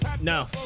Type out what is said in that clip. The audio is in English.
No